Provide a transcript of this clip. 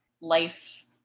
life